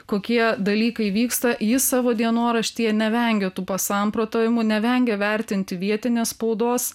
kokie dalykai vyksta jis savo dienoraštyje nevengia tų pasamprotavimų nevengia vertinti vietinės spaudos